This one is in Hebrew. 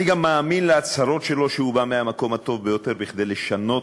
אני גם מאמין להצהרות שלו שהוא בא מהמקום הטוב ביותר כדי לשנות,